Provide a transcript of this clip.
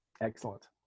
excellent